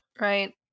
Right